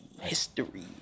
history